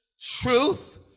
Truth